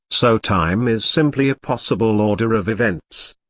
so time is simply a possible order of events.